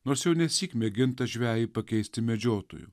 nors jau nesyk mėginta žvejį pakeisti medžiotoju